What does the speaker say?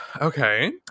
Okay